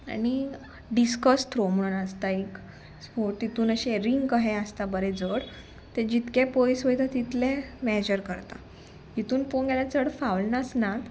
आनी discus throw म्हणून आसता एक स्पोर्ट तितून अशें रिंग कहें आसता बरें जड तें जितकें पयस वयता तितलें मेजर करता हितून पोवंक गेल्यार चड फावल्स नात